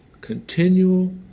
continual